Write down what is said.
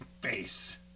face